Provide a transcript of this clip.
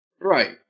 Right